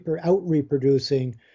out-reproducing